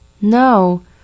No